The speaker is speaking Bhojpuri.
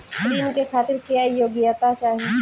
ऋण के खातिर क्या योग्यता चाहीं?